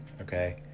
okay